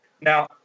Now